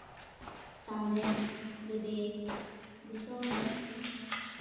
ᱥᱟᱸᱫᱮᱥ ᱡᱩᱫᱤ ᱫᱤᱥᱚᱢ ᱨᱮ